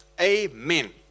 amen